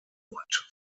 und